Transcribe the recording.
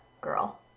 girl